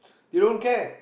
they don't care